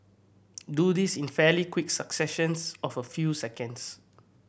do this in fairly quick successions of a few seconds